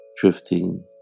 drifting